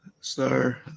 sir